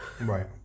Right